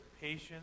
patience